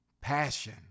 passion